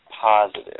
positive